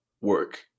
work